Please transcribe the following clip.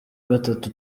gatatu